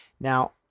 Now